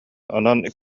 онон